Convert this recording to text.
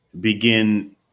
begin